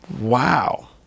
Wow